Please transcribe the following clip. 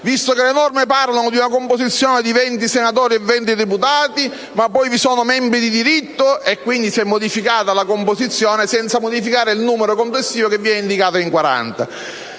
visto che le norme parlano di una composizione di venti senatori e venti deputati, ma poi vi sono membri di diritto; quindi, si è modificata la composizione senza modificare il numero complessivo che viene indicato in